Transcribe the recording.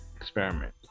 experiment